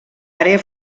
àrea